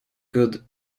good